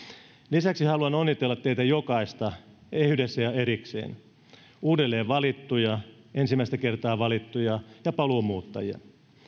lisäksi haluan onnitella teitä jokaista yhdessä ja erikseen uudelleen valittuja ensimmäistä kertaa valittuja ja paluumuuttajia